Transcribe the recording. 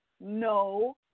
No